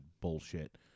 bullshit